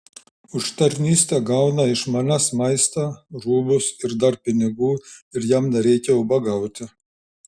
už tarnystę gauna iš manęs maistą rūbus ir dar pinigų ir jam nereikia ubagauti